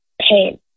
pain